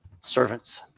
Servants